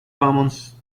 commons